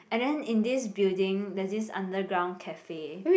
and then in this building there's this underground cafe